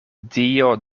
dio